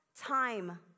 time